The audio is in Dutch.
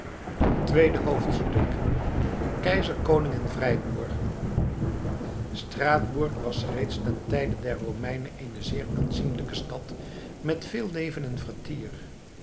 tweede hoofdstuk keizer koning en vrijboer straatsburg was reeds ten tijde der romeinen eene zeer aanzienlijke stad met veel leven en vertier